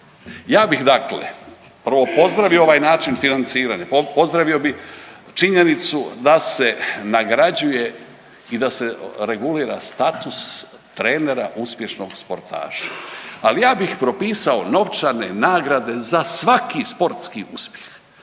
Ja bih dakle prvo pozdravio ovaj način financiranja, pozdravio bi činjenicu da se nagrađuje i da se regulira status trenera uspješnog sportaša, ali ja bih propisao novčane nagrade za svaki sportski uspjeh,